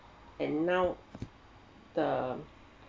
and now the